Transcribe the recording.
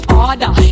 order